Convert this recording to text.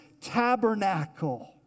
tabernacle